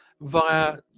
via